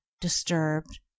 disturbed